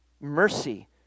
mercy